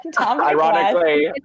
ironically